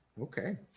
Okay